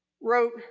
wrote